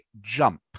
Jump